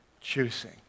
choosing